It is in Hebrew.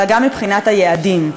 אלא גם מבחינת היעדים.